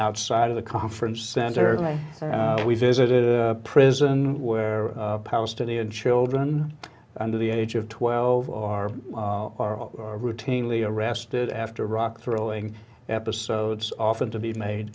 outside of the conference center early we visited a prison where palestinian children under the age of twelve or are routinely arrested after rock throwing episodes often to be made